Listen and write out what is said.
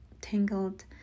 tangled